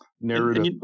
narrative